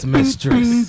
Mistress